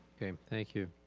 okay, thank you.